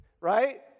right